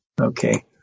Okay